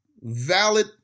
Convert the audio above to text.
valid